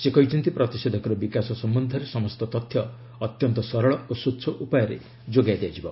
ସେ କହିଛନ୍ତି ପ୍ରତିଷେଧକର ବିକାଶ ସମ୍ବନ୍ଧରେ ସମସ୍ତ ତଥ୍ୟ ଅତ୍ୟନ୍ତ ସରଳ ଓ ସ୍ୱଚ୍ଛ ଉପାୟରେ ଯୋଗାଇ ଦିଆଯିବ